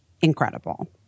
incredible